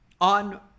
on